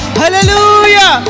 hallelujah